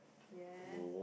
yes